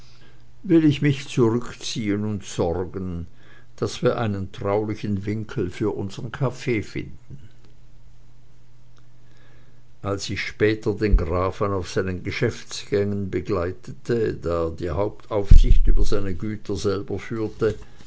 will ich mich zurückziehen und sorgen daß wir einen traulichen winkel für unsern kaffee finden als ich später den grafen auf seinen geschäftsgängen begleitete da er die hauptaufsicht über seine güter selber führte